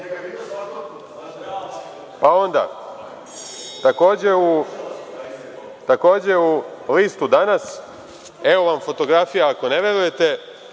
Pa, onda, takođe u listu „Danas“, evo vam fotografija ako ne verujete.